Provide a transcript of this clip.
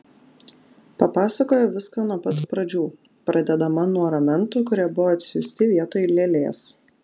papasakojo viską nuo pat pradžių pradėdama nuo ramentų kurie buvo atsiųsti vietoj lėlės